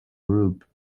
group